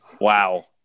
wow